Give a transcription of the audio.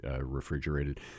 refrigerated